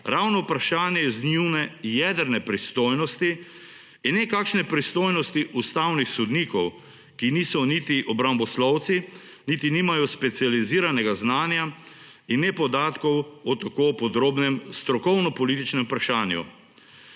ravno vprašanje iz njune jedrne pristojnosti in ne kakšne pristojnosti ustavnih sodnikov, ki niti niso obramboslovci niti nimajo specializiranega znanja in ne podatkov o tako podrobnem strokovno-političnem vprašanju.